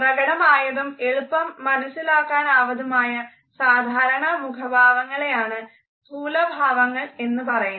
പ്രകടമായതും എളുപ്പം മനസ്സിലാക്കാനാവുന്നതുമായ സാധാരണ മുഖഭാവങ്ങളെയാണ് സ്ഥൂലഭാവങ്ങൾ എന്ന് പറയുന്നത്